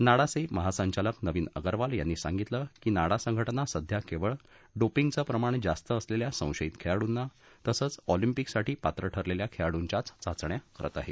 नाडाचे महासंचालक नविन अगरवाल यांनी सांगितलं की नाडा संघटना सध्या केवळ डोपिंगचं प्रमाण जास्त असलेल्या संशयित खेळाडूना तसंच ऑलिम्पिकसाठी पात्र ठरलेल्या खेळाडूंच्याचं चाचण्या करत आहे